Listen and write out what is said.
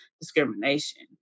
discrimination